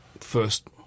first